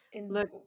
Look